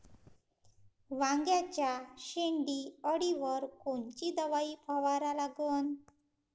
वांग्याच्या शेंडी अळीवर कोनची दवाई फवारा लागन?